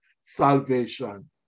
Salvation